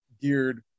geared